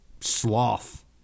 sloth